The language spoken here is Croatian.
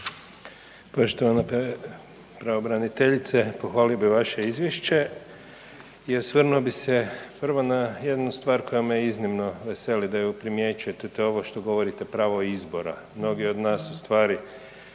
Poštovana pravobraniteljice, pohvalio bi vaše izvješće i osvrnuo bi se prvo na jednu stvar koja me iznimno veseli da ju primjećujete, to ovo što govorite, pravo izbora. Mnogi od nas ustvari